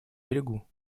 берегу